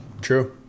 True